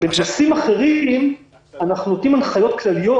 בנושאים אחרים אנחנו נותנים הנחיות כלליות